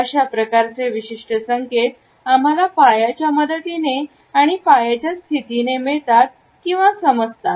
अशा प्रकारचे विशिष्ट संकेत आम्हाला पायाच्या मदतीने आणि पायाच्या स्थितीने मिळतात किंवा समजतात